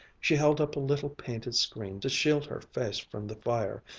she held up a little painted screen to shield her face from the fire,